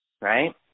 right